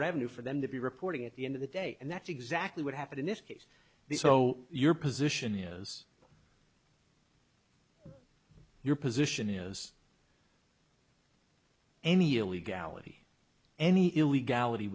revenue for them to be reporting at the end of the day and that's exactly what happened in this case the so your position is your position is any illegality any illegality